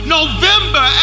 November